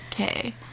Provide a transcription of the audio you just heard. Okay